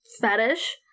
fetish